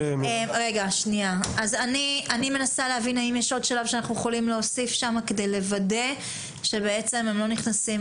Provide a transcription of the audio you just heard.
אני מנסה להבין אם יש עוד שלב שאנחנו יכולים שם כדי לוודא שהם לא נכנסים